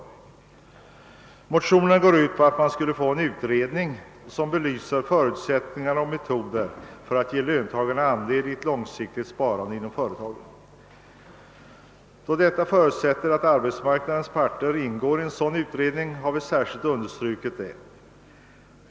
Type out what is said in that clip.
Motionerna går ut på att det tillsätts en utredning som belyser förutsättningar och metoder för att ge löntagarna andel i ett långsiktigt sparande inom företagen. Vi har särskilt understrukit att arbetsmarknadens parter måste ingå i en sådan utredning.